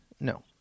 No